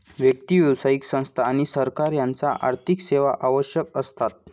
व्यक्ती, व्यावसायिक संस्था आणि सरकार यांना आर्थिक सेवा आवश्यक असतात